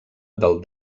del